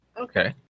Okay